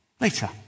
Later